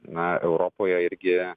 na europoje irgi